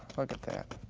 look at that.